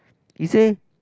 he say